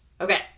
Okay